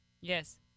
Yes